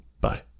Bye